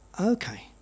Okay